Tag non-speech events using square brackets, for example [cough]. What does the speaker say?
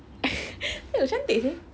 [laughs] !aiyo! cantik seh